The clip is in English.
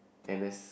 and this